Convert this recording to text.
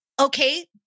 Okay